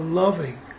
loving